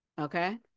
okay